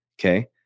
okay